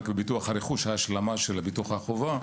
רק בביטוח הרכוש ההשלמה של ביטוח חובה,